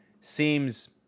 seems